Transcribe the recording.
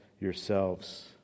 yourselves